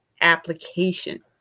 application